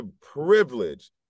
privilege